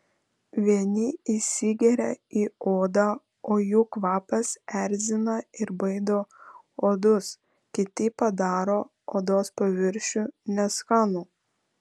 vieni įsigeria į odą o jų kvapas erzina ir baido uodus kiti padaro odos paviršių neskanų